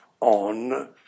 on